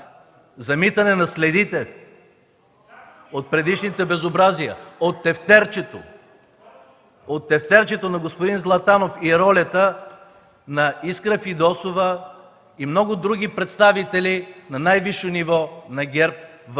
Замитане на следите от предишните безобразия – от тефтерчето на господин Златанов, ролята на Искра Фидосова и на много други представители на най-висше ниво на ГЕРБ в